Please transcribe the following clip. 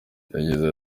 yagize